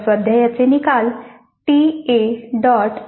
या स्वाध्यायाचे निकाल ta